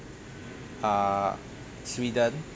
uh sweden